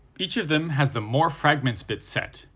each of them has the more fragments bit set,